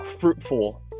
fruitful